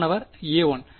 மாணவர் a1